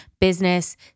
business